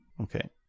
okay